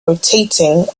rotating